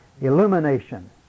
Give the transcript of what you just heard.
Illumination